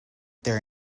their